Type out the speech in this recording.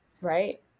Right